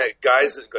guys